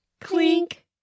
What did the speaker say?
clink